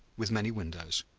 with many windows,